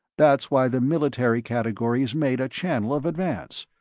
that's why the military category is made a channel of advance.